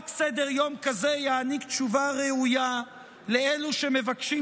רק סדר-יום כזה יעניק תשובה ראויה לאלו שמבקשים